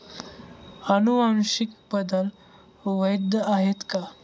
अनुवांशिक बदल वैध आहेत का?